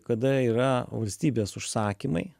kada yra valstybės užsakymai